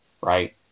right